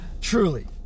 Truly